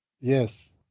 Yes